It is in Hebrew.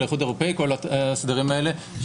של האיחוד האירופאי כל הסדרים האלה,